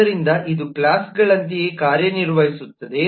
ಆದ್ದರಿಂದ ಇದು ಕ್ಲಾಸ್ಗಳಂತೆಯೇ ಕಾರ್ಯನಿರ್ವಹಿಸುತ್ತದೆ